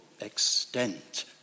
extent